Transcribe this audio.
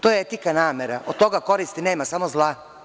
To je etika namera, od toga koristi nema, samo zla.